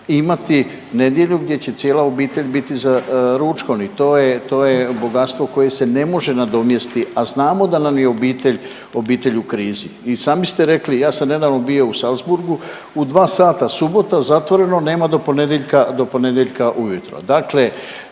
imati nedjelju gdje će cijela obitelj biti za ručkom i to je, to je bogatstvo koje se ne može nadomjestit, a znamo da nam je obitelj, obitelj u krizi. I sami ste rekli, ja sam nedavno bio u Salzburgu, u 2 sata subota zatvoreno, nema do ponedjeljka, do